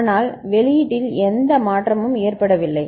ஆனால் வெளியீட்டில் எந்த மாற்றமும் ஏற்படவில்லை